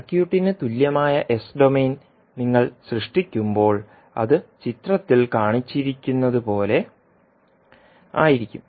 സർക്യൂട്ടിന് തുല്യമായ s domain നിങ്ങൾ സൃഷ്ടിക്കുമ്പോൾ അത് ചിത്രത്തിൽ കാണിച്ചിരിക്കുന്നതുപോലെ ആയിരിക്കും